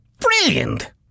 Brilliant